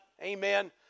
amen